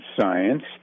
science